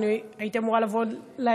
אני הייתי אמורה לבוא לאירוע,